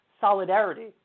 solidarity